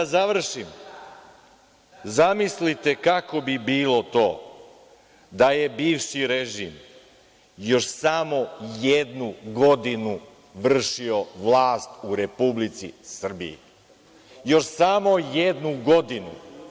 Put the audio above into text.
Da završim, zamislite kako bi bilo to da je bivši režim još samo jednu godinu vršio vlast u Republici Srbiji, još samo jednu godinu.